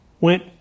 went